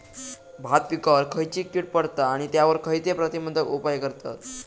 भात पिकांवर खैयची कीड पडता आणि त्यावर खैयचे प्रतिबंधक उपाय करतत?